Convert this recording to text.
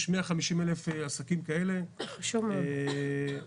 יש 150,000 עסקים כאלה בכל